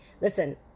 listen